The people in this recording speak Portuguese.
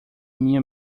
minha